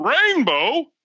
rainbow